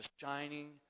shining